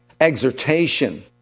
exhortation